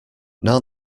now